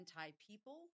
anti-people